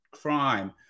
Crime